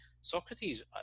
Socrates